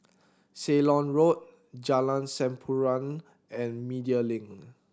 Ceylon Road Jalan Sampurna and Media Link